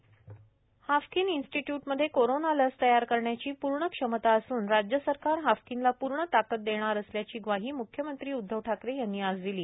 Haffkine institute दरम्यान Haffkine institute मधे corona लस तयार करण्याची पूर्ण क्षमता असून राज्य सरकार हाफकिनला पूर्ण ताकद देणार असल्याची ग्वाही म्ख्यमंत्री उदधव ठाकरे यांनी आज दिली